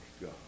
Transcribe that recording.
God